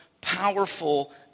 powerful